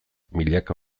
milaka